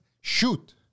shoot